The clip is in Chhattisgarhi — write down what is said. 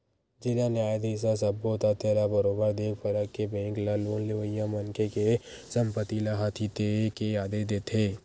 जिला न्यायधीस ह सब्बो तथ्य ल बरोबर देख परख के बेंक ल लोन लेवइया मनखे के संपत्ति ल हथितेये के आदेश देथे